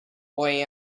boy